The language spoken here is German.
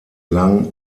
lang